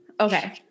Okay